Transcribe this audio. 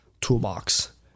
toolbox